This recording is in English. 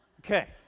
Okay